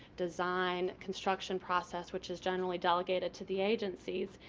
design, construction process which is generally delegated to the agencies.